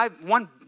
one